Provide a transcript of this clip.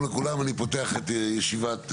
אני פותח את הישיבה,